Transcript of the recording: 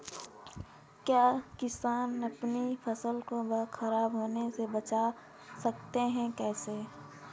क्या किसान अपनी फसल को खराब होने बचा सकते हैं कैसे?